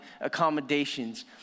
accommodations